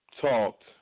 talked